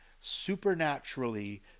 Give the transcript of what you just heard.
supernaturally